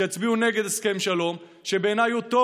שיצביעו נגד הסכם שלום שבעיניי הוא טוב